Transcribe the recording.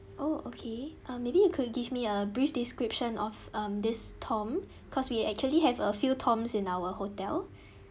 oh okay uh maybe you could give me a brief description of um this tom because we actually have a few toms in our hotel